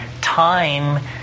time